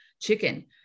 chicken